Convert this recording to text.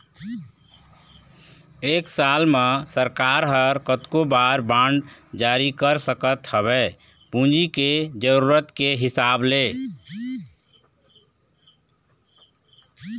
एक साल म सरकार ह कतको बार बांड जारी कर सकत हवय पूंजी के जरुरत के हिसाब ले